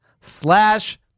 slash